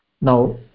Now